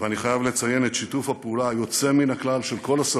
ואני חייב לציין את שיתוף הפעולה היוצא מן הכלל של כל השרים,